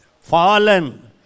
fallen